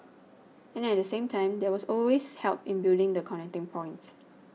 and at the same time there was always help in building the connecting points